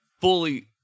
fully